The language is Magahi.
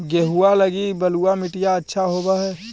गेहुआ लगी बलुआ मिट्टियां अच्छा होव हैं?